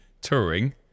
Touring